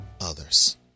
others